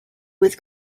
with